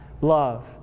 love